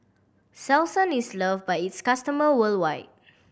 Selsun is love by its customer worldwide